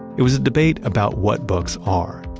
it was a debate about what books are.